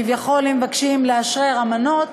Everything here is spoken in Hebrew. כביכול מבקשים לאשרר אמנות,